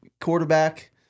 quarterback